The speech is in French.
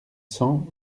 cent